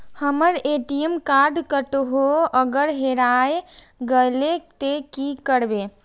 हमर ATM card कतहो अगर हेराय गले ते की करबे?